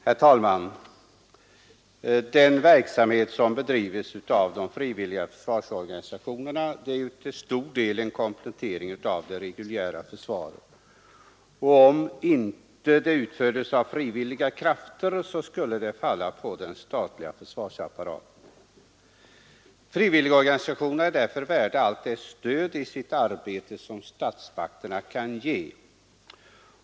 Herr talman! Den verksamhet som bedrivs av de frivilliga försvarsorganisationerna är till stor del en komplettering av det reguljära försvaret, och om dessa uppgifter inte utfördes av frivilliga krafter, skulle de falla på den statliga försvarsapparaten. Frivilligorganisationerna är därför värda allt det stöd i sitt arbete som statsmakterna kän ge.